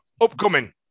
Upcoming